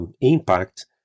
impact